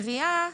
גריעה